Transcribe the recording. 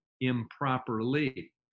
improperly